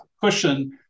cushion